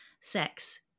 sex